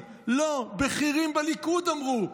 בכירים בליכוד אמרו.